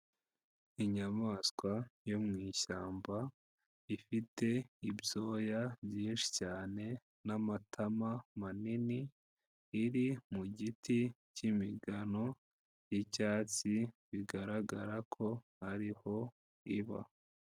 Inyamaswa yo mu ishyamba, ifite ibyoya byinshi cyane n'amatama manini, iri mu giti cy'imigano y'icyatsi, bigaragara ko ari ho iba.